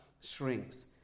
shrinks